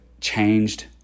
changed